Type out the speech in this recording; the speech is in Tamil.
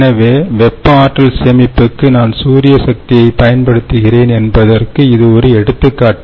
எனவே வெப்ப ஆற்றல் சேமிப்புக்கு நான் சூரிய சக்தியைப் பயன்படுத்துகிறேன் என்பதற்கு இது ஒரு எடுத்துக்காட்டு